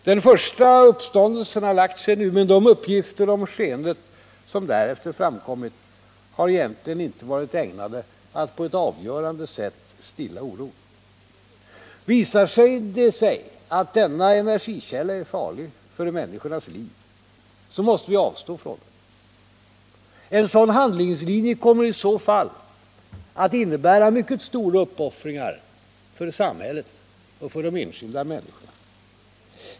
Den första uppståndelsen har lagt sig. Men de uppgifter om skeendet som därefter framkommit har egentligen inte varit ägnade att på ett avgörande sätt stilla oron. Visar det sig att denna energikälla är farlig för människors liv, då måste vi avstå från den. En sådan handlingslinje kommer i så fall att innebära mycket stora uppoffringar för samhället och för de enskilda människorna.